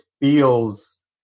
feels